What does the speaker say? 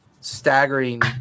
staggering